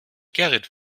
gerrit